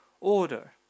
order